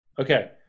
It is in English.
okay